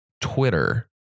Twitter